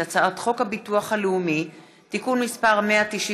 אנחנו עוברים לנושא הבא: הצעת חוק להסדר ההימורים בספורט (תיקון מס' 7,